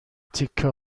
تکه